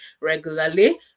regularly